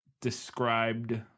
described